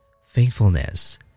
faithfulness